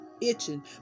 itching